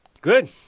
Good